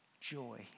joy